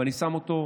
ואני שם אותם,